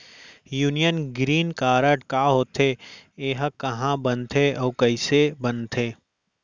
Union green card का होथे, एहा कहाँ बनथे अऊ कइसे बनथे?